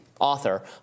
author